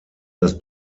das